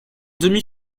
demi